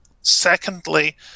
Secondly